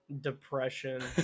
depression